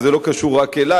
וזה לא קשור רק אלי,